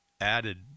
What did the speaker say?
added